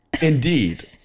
indeed